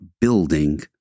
building